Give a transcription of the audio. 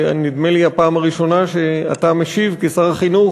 נדמה לי שזו הפעם הראשונה שאתה משיב כשר החינוך